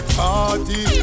party